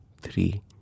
three